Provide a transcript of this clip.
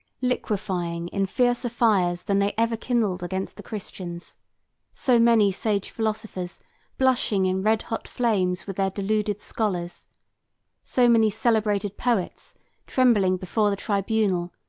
liquefying in fiercer fires than they ever kindled against the christians so many sage philosophers blushing in red-hot flames with their deluded scholars so many celebrated poets trembling before the tribunal,